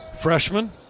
freshman